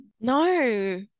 No